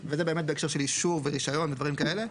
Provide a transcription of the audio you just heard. וזה באמת בהקשר אישור ורישיון ודברים כאלה,